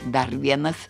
dar vienas